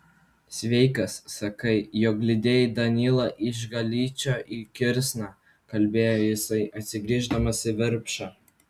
sveikas sakai jog lydėjai danylą iš galičo į kirsną kalbėjo jisai atsigrįždamas į virpšą